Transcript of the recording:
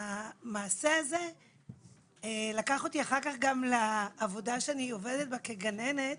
המעשה הזה לקח אותי אחר-כך גם לעבודה שאני עובדת בה כגננת